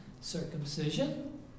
circumcision